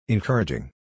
Encouraging